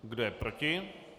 Kdo je proti?